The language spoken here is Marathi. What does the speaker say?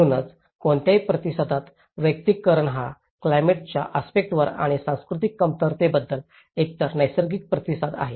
म्हणूनच कोणत्याही प्रतिसादात वैयक्तिकरण हा क्लायमेटाच्या आस्पेक्टंवर आणि सांस्कृतिक कमतरतेबद्दल एकतर नैसर्गिक प्रतिसाद आहे